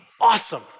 Awesome